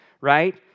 right